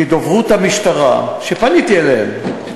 כי דוברות המשטרה, פניתי אליהם,